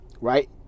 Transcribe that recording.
right